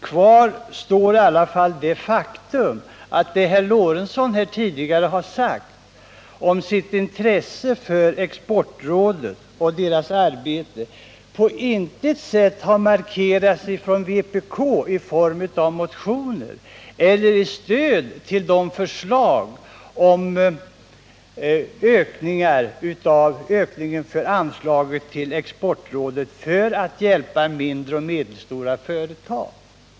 Kvar står i alla fall det faktum att vad herr Lorentzon tidigare sagt beträffande sitt intresse för Exportrådet och dess arbete på intet sätt har markerats från vpk:s sida i form av motioner eller stöd till den föreslagna ökningen av anslaget till Exportrådet i syfte att hjälpa de mindre och medelstora företagen.